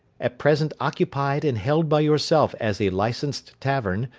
at present occupied and held by yourself as a licensed tavern,